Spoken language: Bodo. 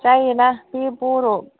जायो ना बे बर'